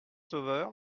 sauveur